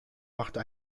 machte